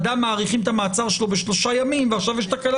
אדם מאריכים את המעצר שלו בשלושה ימים ועכשיו יש תקלה